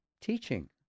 teaching